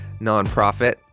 nonprofit